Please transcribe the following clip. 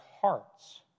hearts